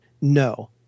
No